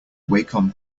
wacom